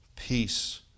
peace